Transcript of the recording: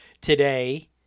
today